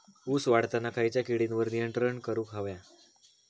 ऊस वाढताना खयच्या किडींवर नियंत्रण करुक व्हया?